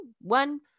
one